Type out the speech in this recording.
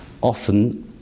often